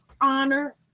Honor